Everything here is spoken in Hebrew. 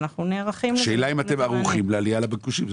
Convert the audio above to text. ואנחנו נערכים --- השאלה אם אתם ערוכים לעלייה בביקושים.